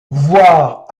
voir